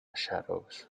shadows